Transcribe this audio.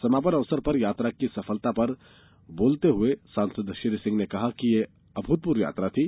समापन अवसर पर यात्रा के सफलता पर बोलते हुए सांसद श्री सिंह ने कहा कि यह अभूतपूर्व यात्रा थी